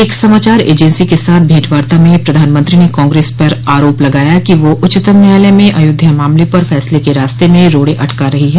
एक समाचार एजेंसी के साथ भेंटवार्ता में प्रधानमंत्री ने काग्रेस पर आरोप लगाया कि वो उच्चतम न्यायालय में अयोध्या मामले पर फैसले क रास्ते में रोड़े अटका रही है